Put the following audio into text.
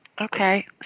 Okay